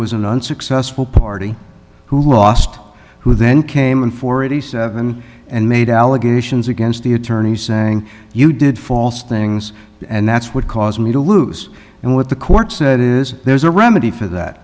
was an unsuccessful party who lost who then came in for eighty seven and made allegations against the attorneys saying you did false things and that's what caused me to lose and what the court said is there's a remedy for that